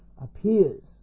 appears